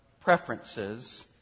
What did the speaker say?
preferences